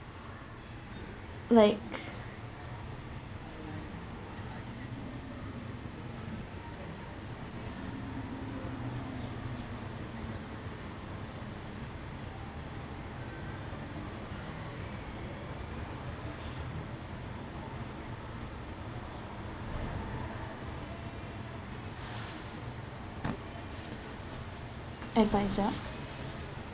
like advisor